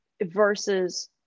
versus